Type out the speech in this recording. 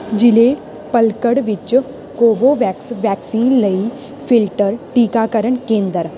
ਜ਼ਿਲ੍ਹੇ ਪਲਕੜ ਵਿੱਚ Covovax vaccine ਲਈ ਫਿਲਟਰ ਟੀਕਾਕਰਨ ਕੇਂਦਰ